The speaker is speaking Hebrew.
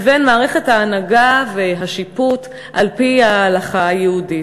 לבין מערכת ההנהגה והשיפוט על-פי ההלכה היהודית.